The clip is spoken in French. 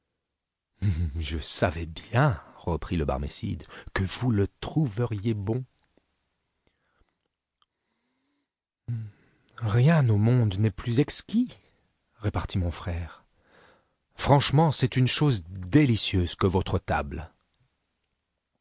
je savais bien reprit le barmécide que vous le trouveriez bon rien au monde n'est plus exquis repartit mon frère franchement c'est une chose délicieuse que votre table